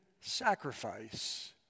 sacrifice